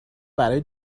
برای